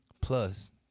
Plus